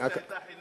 למרות שהיתה חינם?